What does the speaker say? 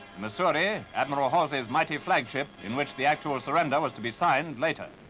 missouri, admiral halsey's mighty flagship, in which the actual surrender was to be signed later.